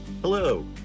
Hello